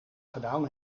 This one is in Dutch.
gedaan